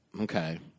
Okay